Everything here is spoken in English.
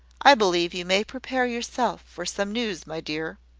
i believe you may prepare yourself for some news, my dear.